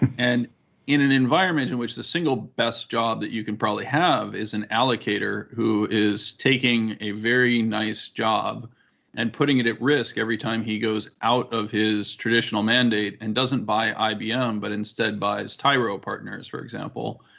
and in an environment in which the single best job that you can probably have is an allocator who is taking a very nice job and putting it at risk every time he goes out of his traditional mandate and doesn't buy ibm, but instead buys tyro partners, for example,